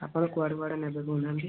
ଆପଣ କୁଆଡ଼େ କୁଆଡ଼େ ନେବେ କହୁନାହାନ୍ତି